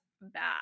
bad